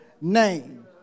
name